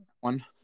one